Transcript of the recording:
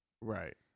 right